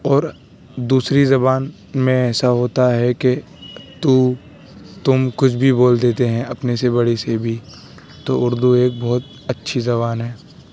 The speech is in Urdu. اور دوسری زبان میں ایسا ہوتا ہے کہ تو تم کچھ بھی بول دیتے ہیں اپنے سے بڑے سے بھی تو اردو ایک بہت اچھی زبان ہیں